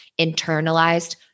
internalized